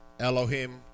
Elohim